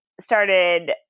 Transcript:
Started